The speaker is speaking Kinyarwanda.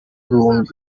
bihumbi